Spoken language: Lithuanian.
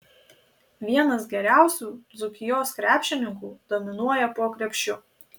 vienas geriausių dzūkijos krepšininkų dominuoja po krepšiu